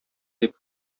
дип